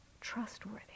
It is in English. trustworthy